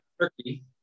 turkey